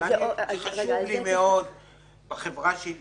חשוב לנו מאוד בחברה שלנו.